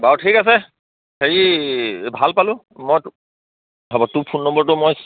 বাৰু ঠিক আছে হেৰি ভাল পালোঁ মই হ'ব তোৰ ফোন নম্বৰটো মই